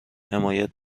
حمایت